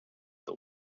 the